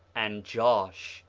and josh,